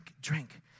drink